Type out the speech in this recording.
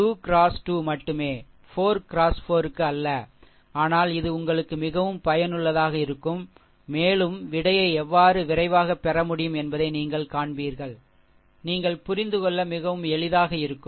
2 x 2 மட்டுமே 4 x 4 க்கு அல்ல ஆனால் இது உங்களுக்கு மிகவும் பயனுள்ளதாக இருக்கும் மேலும் விடையை எவ்வளவு விரைவாகப் பெற முடியும் என்பதை நீங்கள் காண்பீர்கள் நீங்கள் புரிந்து கொள்ள மிகவும் எளிதாக இருக்கும்